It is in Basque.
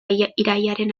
irailaren